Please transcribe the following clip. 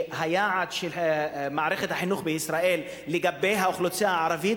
שהיעד של מערכת החינוך בישראל לגבי האוכלוסייה הערבית